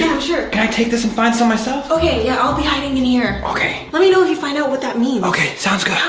sure. can i take this and find some myself? okay, yeah. i'll be hiding in here. okay. let me know if you find out what that means. okay, sounds good. ouch.